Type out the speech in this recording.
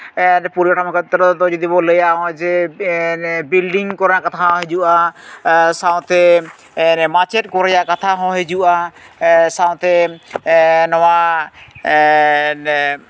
ᱯᱚᱨᱤᱠᱟᱴᱷᱟᱢᱳ ᱠᱷᱮᱛᱨᱚ ᱫᱚ ᱡᱩᱫᱤ ᱵᱚᱱ ᱞᱟᱹᱭᱟ ᱱᱚᱜᱼᱚᱭ ᱡᱮ ᱵᱤᱞᱰᱤᱝ ᱠᱚᱨᱟᱣ ᱠᱟᱛᱷᱟ ᱦᱤᱡᱩᱜᱼᱟ ᱥᱟᱶᱛᱮ ᱢᱟᱪᱮᱫ ᱠᱚ ᱨᱮᱭᱟᱜ ᱠᱟᱛᱷᱟ ᱦᱚᱸ ᱦᱤᱡᱩᱜᱼᱟ ᱥᱟᱶᱛᱮ ᱱᱚᱣᱟ